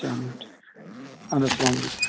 چَلو ٹھیٖک چھُ اَدٕ حظ اسَلام عَلیکُم